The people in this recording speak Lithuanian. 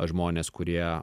žmones kurie